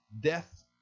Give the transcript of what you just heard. death